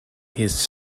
his